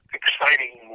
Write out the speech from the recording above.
exciting